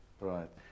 Right